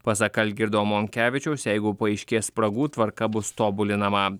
pasak algirdo monkevičiaus jeigu paaiškės spragų tvarka bus tobulinama